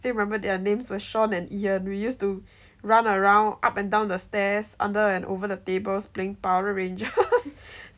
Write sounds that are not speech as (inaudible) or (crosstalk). still remember their names were Sean and Ian we used to run around up and down the stairs under and over the tables playing Power Rangers (laughs)